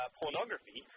pornography